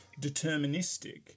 deterministic